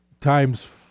times